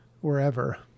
wherever